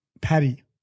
patty